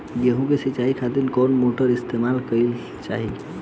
गेहूं के सिंचाई खातिर कौन मोटर का इस्तेमाल करे के चाहीं?